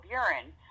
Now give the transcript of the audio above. urine